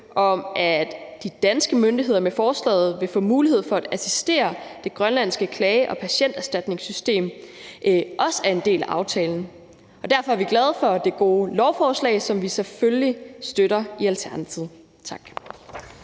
om, at de danske myndigheder med forslaget vil få mulighed for at assistere det grønlandske klage- og patienterstatningssystem, også er en del af aftalen. Derfor er vi glade for det gode lovforslag, som vi selvfølgelig støtter i Alternativet. Tak.